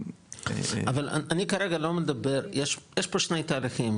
יש פה שני תהליכים,